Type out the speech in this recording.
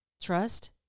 trust